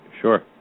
sure